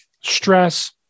stress